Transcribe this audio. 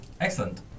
Excellent